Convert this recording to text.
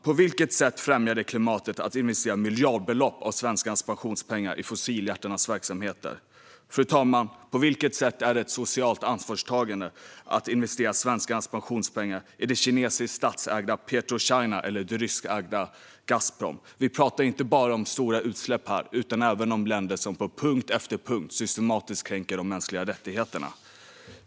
På vilket sätt främjar det klimatet att investera miljardbelopp av svenskarnas pensionspengar i fossiljättarnas verksamheter? På vilket sätt är det ett socialt ansvarstagande att investera svenskarnas pensionspengar i det kinesiskt statsägda Petrochina eller det ryskägda Gazprom? Här talar vi inte bara om stora utsläpp utan även om länder som på punkt efter punkt systematiskt kränker de mänskliga rättigheterna.